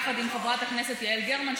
יחד עם חברת הכנסת יעל גרמן,